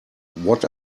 what